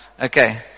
Okay